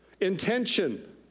intention